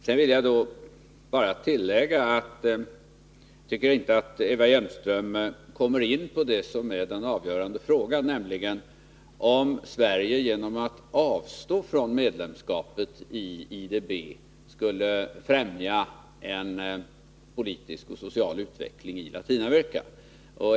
Sedan vill jag bara tillägga att jag inte tycker att Eva Hjelmström kommer in på det som är den avgörande frågan, nämligen om Sverige genom att avstå från medlemskapet i IDB skulle främja en politisk och social utveckling i Latinamerika.